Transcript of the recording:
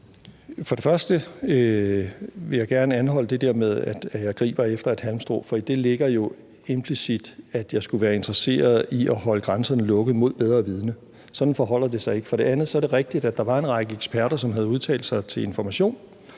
For det første vil jeg gerne anholde det der med, at jeg griber efter et halmstrå, for i det ligger jo implicit, at jeg skulle være interesseret i at holde grænserne lukket mod bedre vidende. Sådan forholder det sig ikke. For det andet er det rigtigt, at der var en række eksperter, som havde udtalt sig til Information,